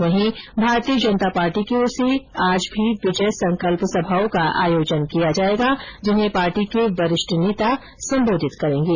वहीं भारतीय जनता पार्टी की ओर से आज भी विजय संकल्प सभाओं का आयोजन किया जायेगा जिन्हें पार्टी के वरिष्ठ नेता संबोधित करेंगे